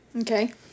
Okay